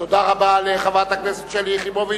תודה רבה לחברת הכנסת שלי יחימוביץ.